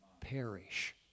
perish